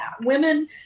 Women